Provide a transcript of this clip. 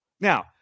now